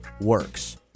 works